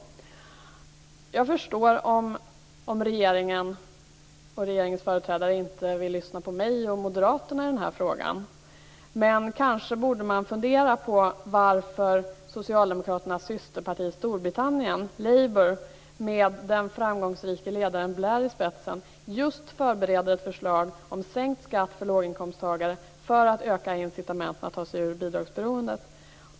Jag förstår om regeringen och regeringens företrädare inte vill lyssna på mig och moderaterna i den här frågan. Men kanske borde man fundera på varför socialdemokraternas systerparti i Storbritannien, Labour, med den framgångsrike ledaren Blair i spetsen just förbereder ett förslag om sänkt skatt för låginkomsttagare för att öka incitamenten att ta sig ur bidragsberoendet.